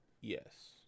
yes